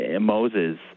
Moses